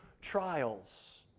trials